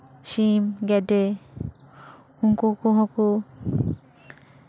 ᱥᱤᱢ ᱜᱮᱰᱮ ᱩᱱᱠᱩ ᱠᱚᱦᱚᱸ ᱠᱚ